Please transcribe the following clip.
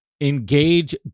engage